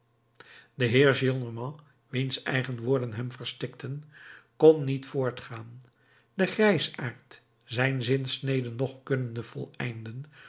de heer gillenormand wiens eigen woorden hem verstikten kon niet voortgaan de grijsaard zijn zinsnede noch kunnende voleinden